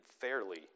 fairly